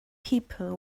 people